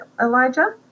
Elijah